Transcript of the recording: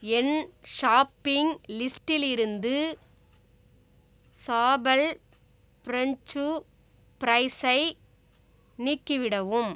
என் shopping லிஸ்டிலிருந்து ஸாபல் French ஃப்ரைஸை நீக்கிவிடவும்